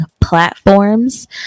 platforms